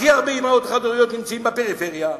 הכי הרבה אמהות חד-הוריות נמצאות בפריפריה.